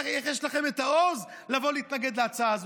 יש לכם את העוז לבוא להתנגד להצעה הזאת.